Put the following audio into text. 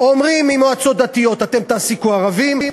אומרים במועצות דתיות: אתם תעסיקו ערבים,